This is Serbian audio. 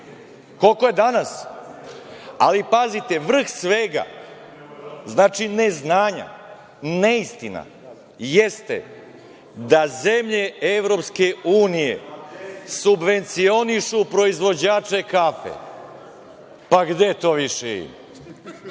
Koliko je danas? Ali, pazite, vrh svega, znači neznanja, neistina, jeste da zemlje EU subvencionišu proizvođače kafe. Pa gde to više ima?